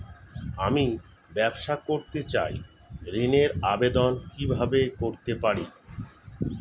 আমি ব্যবসা করতে চাই ঋণের আবেদন কিভাবে করতে পারি?